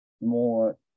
more